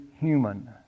human